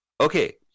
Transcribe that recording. Okay